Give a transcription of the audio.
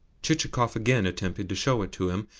chichikov again attempted to show it to him,